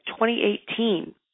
2018